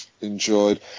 enjoyed